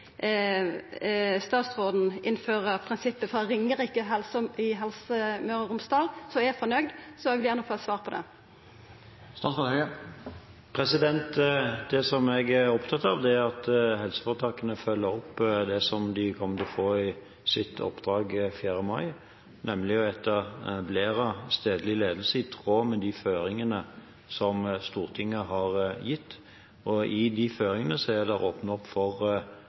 vil gjerne få eit svar på det. Det som jeg er opptatt av, er at helseforetakene følger opp det som de kommer til å få i sitt oppdrag 4. mai, nemlig å etablere stedlig ledelse i tråd med de føringene som Stortinget har gitt. I de føringene er det åpnet opp for